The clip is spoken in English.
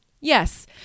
yes